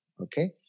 Okay